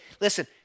Listen